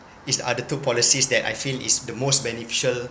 is are the two policies that I feel is the most beneficial